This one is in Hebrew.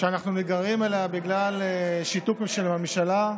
שאנחנו נגררים אליה בגלל שיתוק של הממשלה.